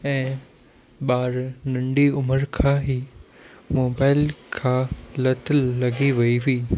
ऐं ॿार नंढी उमिरि खां ई मोबाइल खां लत लॻी वई हुई